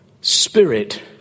spirit